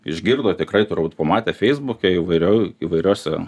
išgirdo tikrai turbūt pamatė feisbuke įvairiau įvairiose